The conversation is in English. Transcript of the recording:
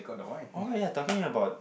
oh ya talking about